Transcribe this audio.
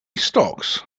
stocks